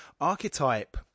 archetype